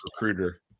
recruiter